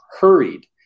hurried